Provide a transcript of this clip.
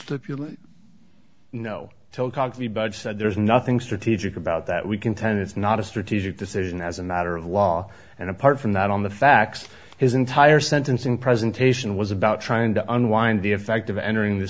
said there's nothing strategic about that we contend it's not a strategic decision as a matter of law and apart from that on the facts his entire sentencing presentation was about trying to underline the effect of entering the